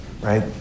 right